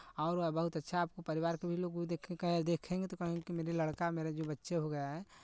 और बहुत अच्छा आपको परिवार के भी लोग वो देख के कहें देखेंगे तो कहेंगे कि मेरे लड़का मेरा जो बच्चे हो गया है